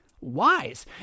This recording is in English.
wise